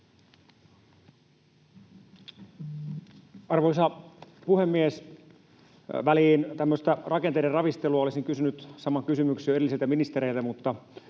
Arvoisa puhemies! Väliin tämmöistä rakenteiden ravistelua: Olisin kysynyt saman kysymyksen jo edellisiltä ministereiltä, mutta